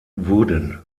wurden